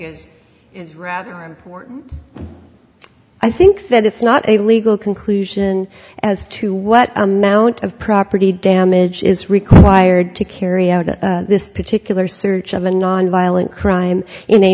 is rather important i think that it's not a legal conclusion as to what amount of property damage is required to carry out this particular search of a nonviolent crime in a